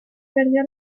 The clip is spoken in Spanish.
perdió